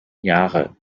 jahre